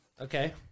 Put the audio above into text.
Okay